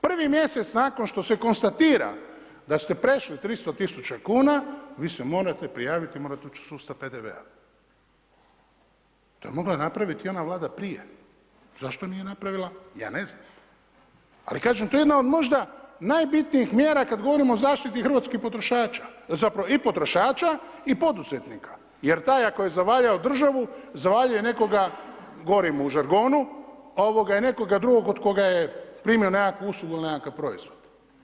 Prvi mjesec nakon što se konstatira da ste prešli 300 000 kuna, vi se morate prijaviti, morate ući u sustav PDV-a. to je mogla napraviti i ona Vlada prije, zašto nije napravila, ja ne znam, ali kažem, to je jedna od možda najbitnijih mjera kad govorimo o zaštiti hrvatskih potrošača, zapravo i potrošača i poduzetnika jer taj ako je zavarao državu, zavarao je nekoga gorim u žargonu i nekoga drugog od koga je primio nekakvu uslugu na nekakav proizvod.